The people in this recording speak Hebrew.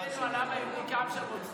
איך הוא יכול לדבר ככה, עם של רוצחים.